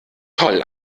toll